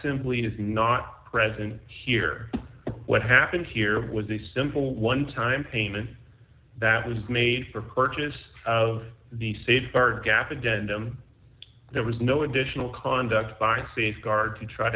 simply does not present here what happened here was a simple one time payment that was made for purchase of the sedar gap and in them there was no additional conduct signed safeguard to try